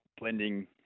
blending